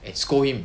and scold him